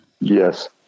Yes